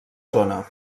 zona